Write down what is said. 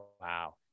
wow